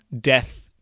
death